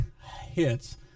hits